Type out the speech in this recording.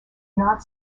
not